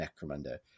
Necromunda